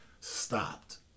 stopped